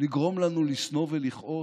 לגרום לנו לשנוא ולכעוס.